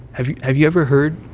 have you have you ever heard.